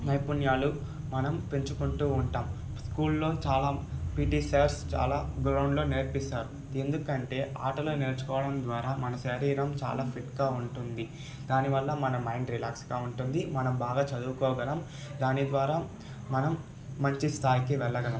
నైపుణ్యాలు మనం పెంచుకుంటు ఉంటాం స్కూల్లో చాలా పీటీ సార్స్ చాలా గ్రౌండ్లో నేర్పిస్తారు ఎందుకంటే ఆటలు నేర్చుకోవడం ద్వారా మన శరీరం చాలా ఫిట్గా ఉంటుంది దానివల్ల మన మైండ్ రిలాక్స్గా ఉంటుంది మనం బాగా చదువుకోగలం దాని ద్వారా మనం మంచి స్థాయికి వెళ్ళగలం